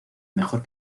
mejor